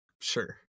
sure